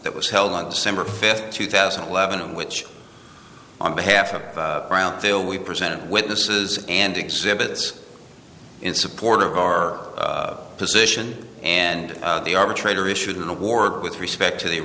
that was held on december fifth two thousand and eleven which on behalf of brownsville we presented witnesses and exhibits in support of our position and the arbitrator issued an award with respect to the